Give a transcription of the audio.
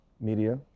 Media